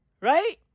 Right